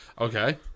okay